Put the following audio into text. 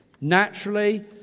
Naturally